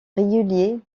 réguliers